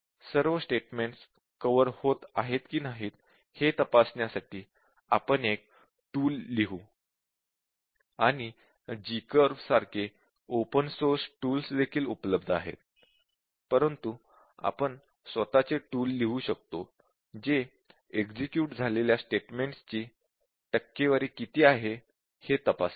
सर्व statements cover होत आहेत की नाही हे तपासण्यासाठी आपण एक टूल लिहू आणि gcurve सारखे ओपन सोर्स टूल्स देखील उपलब्ध आहेत परंतु आपण स्वतःचे टूल लिहू शकतो जे एक्झिक्युट झालेल्या स्टेटमेन्ट्स ची टक्केवारी किती आहे हे तपासेल